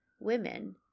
women